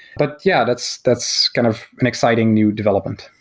but yeah, that's that's kind of an exciting new development.